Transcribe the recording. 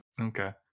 Okay